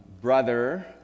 brother